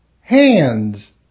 hands